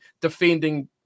defending